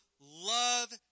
love